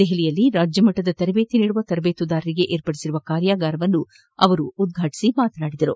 ದೆಹಲಿಯಲ್ಲಿ ರಾಜ್ಯಮಟ್ಪದ ತರಬೇತಿ ನೀಡುವ ತರಬೇತುದಾರರಿಗೆ ಏರ್ಪದಿಸಿದ ಕಾರ್ಯಾಗಾರವನ್ನು ಉದ್ಘಾಟಿಸಿ ಅವರು ಮಾತನಾಡಿದರು